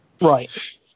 right